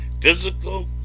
physical